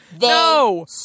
No